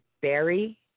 Barry